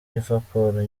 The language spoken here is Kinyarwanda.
liverpool